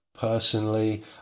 Personally